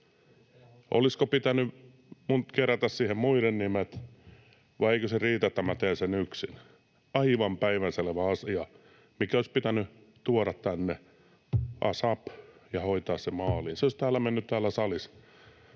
Olisiko minun pitänyt kerätä siihen muiden nimet, vai eikö se riitä, että minä teen sen yksin? Aivan päivänselvä asia, mikä olisi pitänyt tuoda tänne asap ja hoitaa se maaliin. Se olisi mennyt täällä salissa